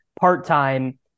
part-time